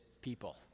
people